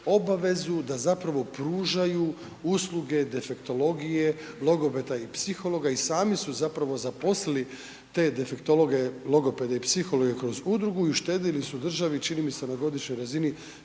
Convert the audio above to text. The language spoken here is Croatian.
obavezu da zapravo pružaju uslugu defektologije, logopeda i psihologa i sami su zapravo zaposlili te defektologe, logopede i psihologe kroz udrugu i uštedili su državi, čini mi se na godišnjoj razini,